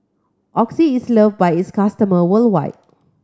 Oxy is loved by its customer worldwide